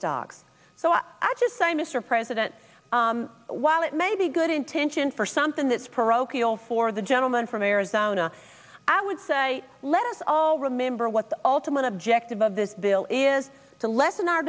stocks so what i just sign mr president while it may be good intention for something that's parochial for the gentleman from arizona i would say let us all remember what the ultimate objective of this bill is to lessen our